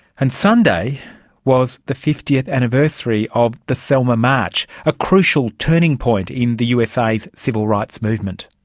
and sunday was the fiftieth anniversary of the selma march, a crucial turning point in the usa's civil rights movement.